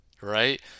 Right